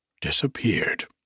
disappeared